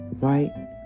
Right